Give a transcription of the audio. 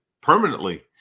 permanently